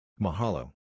Mahalo